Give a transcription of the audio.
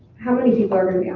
how many people are going and